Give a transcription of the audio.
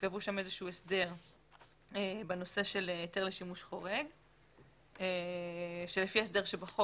קבעו שם איזשהו הסדר בנושא של היתר לשימוש חורג ולפי ההסדר שבחוק